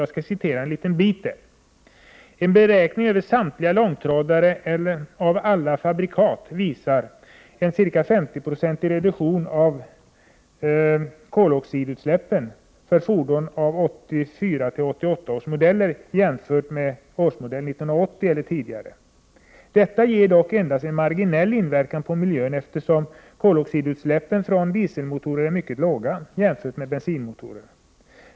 Jag skall citera en bit av rapporten: ”En beräkning över samtliga långtradare av alla fabrikat visar en ca 50 Zo-ig reduktion av CO-utsläppen för fordon av 1984-1988 års modell jämfört med dem som är av årsmodell 1980 eller tidigare. Detta ger dock endast en marginell inverkan på miljön eftersom CO-utsläppen från dieselmotorer är mycket låga jämfört med bensinmotorer.